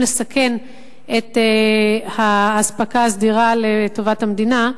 לסכן את האספקה הסדירה לטובת המדינה.